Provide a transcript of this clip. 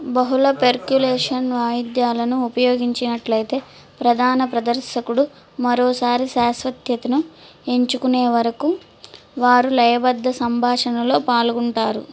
బహుళ పెర్క్యులేషన్ వాయిద్యాలను ఉపయోగించినట్లయితే ప్రధాన ప్రదర్శకుడు మరోసారి శ్రాస్వత్యతను ఎంచుకునే వరకు వారు లయబద్ధ సంభాషణలో పాల్గొంటారు